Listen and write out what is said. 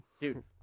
Dude